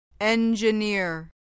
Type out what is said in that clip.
Engineer